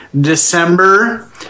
December